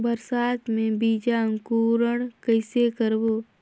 बरसात मे बीजा अंकुरण कइसे करबो?